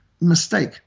mistake